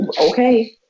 Okay